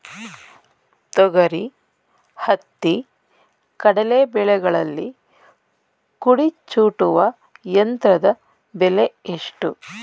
ತೊಗರಿ, ಹತ್ತಿ, ಕಡಲೆ ಬೆಳೆಗಳಲ್ಲಿ ಕುಡಿ ಚೂಟುವ ಯಂತ್ರದ ಬೆಲೆ ಎಷ್ಟು?